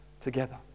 together